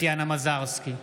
טטיאנה מזרסקי,